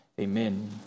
Amen